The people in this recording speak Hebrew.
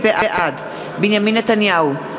בעד בנימין נתניהו,